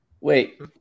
Wait